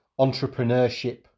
entrepreneurship